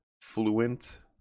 fluent